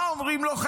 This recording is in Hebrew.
מה אומרים לו?